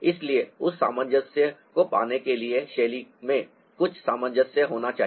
इसलिए उस सामंजस्य को पाने के लिए शैली में कुछ सामंजस्य होना चाहिए